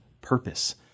purpose